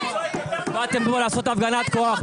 אתם באתם לפה לעשות הפגנת כוח.